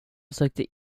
försökte